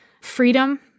Freedom